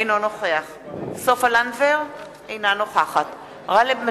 אינו נוכח סופה לנדבר, אינה נוכחת גאלב מג'אדלה,